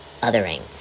othering